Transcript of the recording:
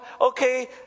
Okay